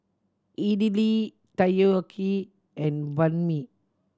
Idili Takoyaki and Banh Mi